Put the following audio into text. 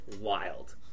wild